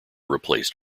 replaced